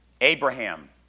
Abraham